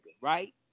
right